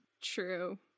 True